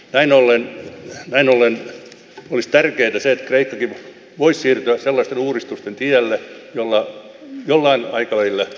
näin ollen näin ollen olisi tärkeätä se että ei voi siirtyä sellaisten uudistusten tielle nolla nolla n aikoina